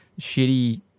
shitty